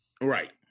Right